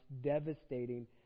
devastating